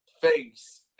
face